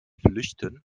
flüchten